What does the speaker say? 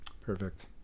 perfect